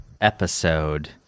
episode